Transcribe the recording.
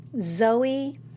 Zoe